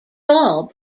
all